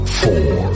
four